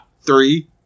Three